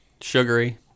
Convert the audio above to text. sugary